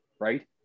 right